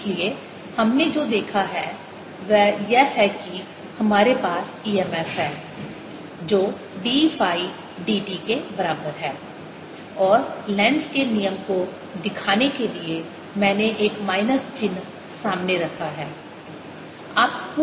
इसलिए हमने जो देखा है वह यह है कि हमारे पास e m f है जो d फाई d t के बराबर है और लेन्ज़ के नियम को दिखाने के लिए मैंने एक माइनस चिह्न सामने रखा है